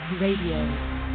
Radio